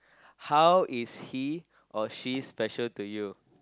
how is she or he is special to you